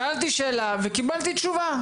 שאלתי שאלה וקיבלתי תשובה.